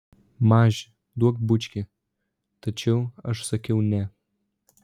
maži duok bučkį tačiau aš sakiau ne